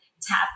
tap